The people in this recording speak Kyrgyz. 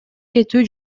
кетүү